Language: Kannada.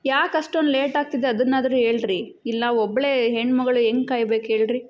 ಯಾಕೆ ಅಷ್ಟೊಂದು ಲೇಟ್ ಆಗ್ತಿದೆ ಅದನ್ನಾದರೂ ಹೇಳಿರಿ ಇಲ್ಲಿ ನಾ ಒಬ್ಬಳೇ ಹೆಣ್ಣುಮಗಳು ಹೇಗ್ ಕಾಯ್ಬೇಕು ಹೇಳಿರಿ